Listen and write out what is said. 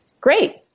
great